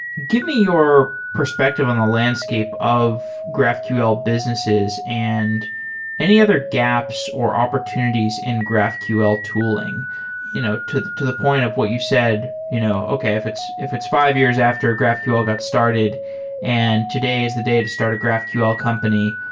give me your perspective on the landscape of graphql businesses and any other gaps or opportunities in graphql tooling you know to to the point of what you said, you know okay, if it's if it's fi ve years after graphql got started and today's the day to start a graphql company,